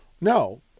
no